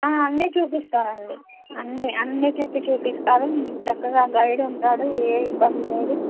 ఆ అన్నీ చూపిస్తానండి అన్ని అన్ని తిప్పి చూపిస్తారు మీరు చక్కగా గైడ్ ఉంటాడు ఏ ఇబ్బంది లేదు